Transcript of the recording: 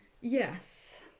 Yes